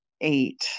eight